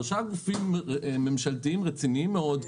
שלושה גופים ממשלתיים רציניים מאוד,